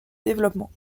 développement